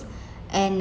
and